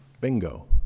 Bingo